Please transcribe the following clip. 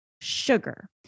sugar